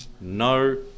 no